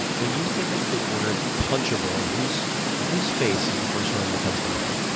when you think of the word punchable whose whose face is the first one that comes to mind?